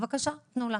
בבקשה, תנו לה.